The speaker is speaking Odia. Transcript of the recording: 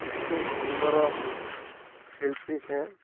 ଏତେ ସୁନ୍ଦର ଶିଳ୍ପୀ ସେ